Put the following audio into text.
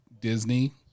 Disney